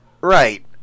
Right